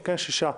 6 נגד,